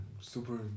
super